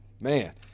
man